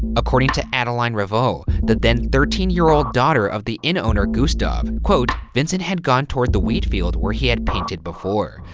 according to adeline ravoux, the then thirteen year old daughter of the inn owner, gustave, quote, vincent had gone toward the wheat field where he had painted before.